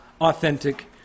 authentic